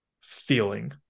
feeling